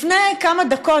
לפני כמה דקות,